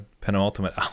penultimate